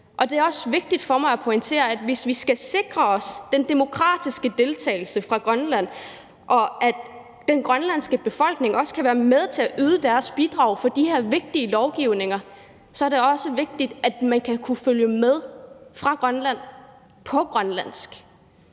det er også vigtigt for mig at pointere, at hvis vi skal sikre os den demokratiske deltagelse fra Grønland, og at den grønlandske befolkning også kan være med til at yde deres bidrag til de her vigtige lovgivninger, så er det også vigtigt, at man kan følge med fra Grønland på grønlandsk.